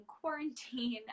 quarantine